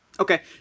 Okay